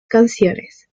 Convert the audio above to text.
canciones